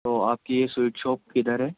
تو آپ کی یہ سویٹ شاپ کدھر ہے